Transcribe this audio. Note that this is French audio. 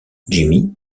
jimmy